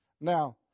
Now